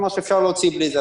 כלומר שאפשר להוציא בלי זה,